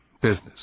business